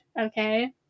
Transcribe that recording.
okay